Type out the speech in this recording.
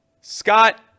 Scott